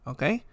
Okay